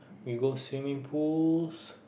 we go swimming pools